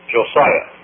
Josiah